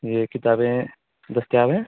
یہ کتابیں دستیاب ہیں